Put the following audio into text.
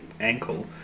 ankle